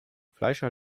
fleischer